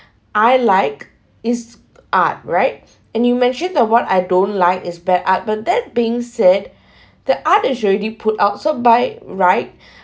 I like his art right and you mentioned that what I don't like is backed up but that being said the art is already put out so by right